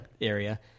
area